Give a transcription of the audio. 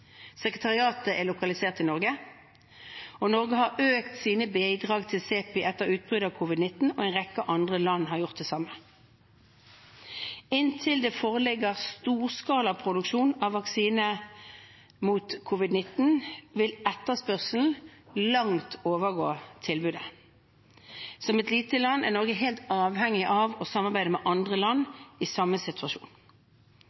Sekretariatet er lokalisert i Oslo. Norge har økt sine bidrag til CEPI etter utbruddet av covid-19, og en rekke andre land har gjort det samme. Inntil det foreligger storskalaproduksjon av vaksine mot covid-19, vil etterspørselen langt overgå tilbudet. Som et lite land er Norge helt avhengig av å samarbeide med andre